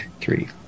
three